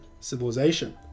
civilization